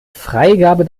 freigabe